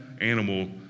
animal